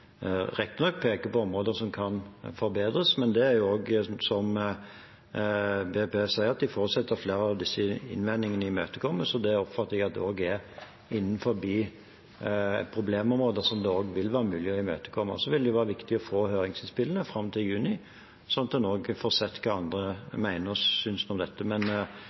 på områder som kan forbedres, men plan- og bygningsetaten sier at de forutsetter at flere av disse innvendingene imøtekommes, og det oppfatter jeg også at er innenfor problemområder som det vil være mulig å imøtekomme. Så vil det være viktig å få høringsinnspillene fram til juni, sånn at en også får sett hva andre mener og synes om dette.